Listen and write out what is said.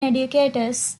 educators